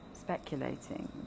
speculating